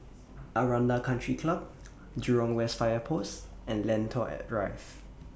Aranda Country Club Jurong West Fire Post and Lentor Drive